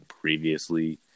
previously